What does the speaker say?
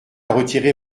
retirer